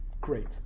great